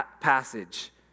passage